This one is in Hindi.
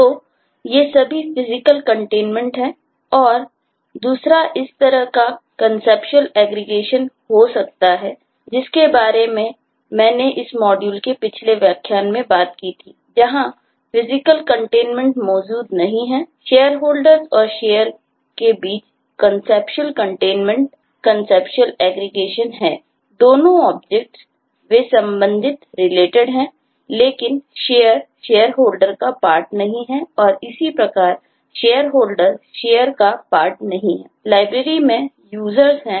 तो ये सभी फिजिकल कंटेनमेंट नहीं हैं